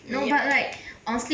yep